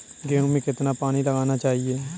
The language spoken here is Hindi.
गेहूँ में कितना पानी लगाना चाहिए?